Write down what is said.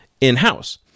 in-house